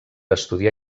estudiar